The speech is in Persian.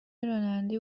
راننده